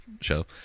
show